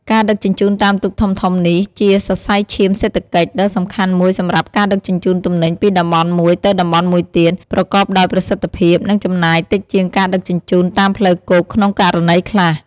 ការដឹកជញ្ជូនតាមទូកធំៗនេះជា សរសៃឈាមសេដ្ឋកិច្ច ដ៏សំខាន់មួយសម្រាប់ការដឹកជញ្ជូនទំនិញពីតំបន់មួយទៅតំបន់មួយទៀត ប្រកបដោយប្រសិទ្ធភាព និងចំណាយតិចជាងការដឹកជញ្ជូនតាមផ្លូវគោកក្នុងករណីខ្លះ។